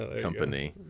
company